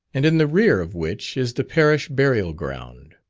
and in the rear of which is the parish burial-ground.